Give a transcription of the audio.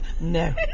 no